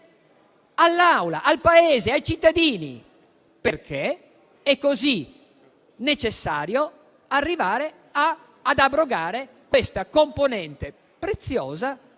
all'Assemblea, al Paese e ai cittadini perché è così necessario arrivare ad abrogare questa componente preziosa